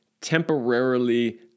temporarily